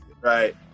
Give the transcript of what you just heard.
right